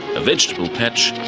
a vegetable patch,